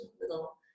little